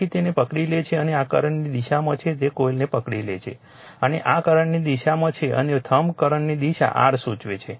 તેથી તેને પકડી લે છે અને આ કરંટની દિશામાં છે તે કોઇલને પકડી લે છે અને આ કરંટની દિશામાં છે અને થંબ કરંટની દિશા r સૂચવે છે